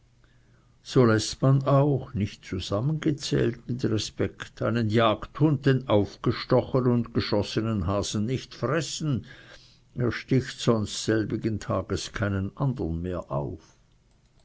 so läßt man auch nicht zusammengezählt mit respekt einen jagdhund den aufgestochenen und geschossenen hasen nicht fressen er sticht sonst selbigen tages keinen andern mehr auf